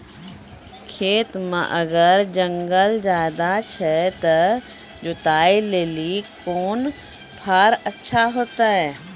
खेत मे अगर जंगल ज्यादा छै ते जुताई लेली कोंन फार अच्छा होइतै?